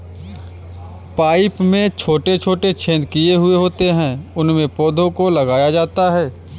pipe में छोटे छोटे छेद किए हुए होते हैं उनमें पौधों को लगाया जाता है